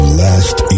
last